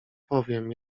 powiem